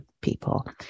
people